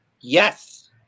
Yes